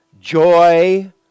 joy